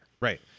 Right